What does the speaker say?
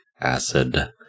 acid